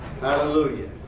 Hallelujah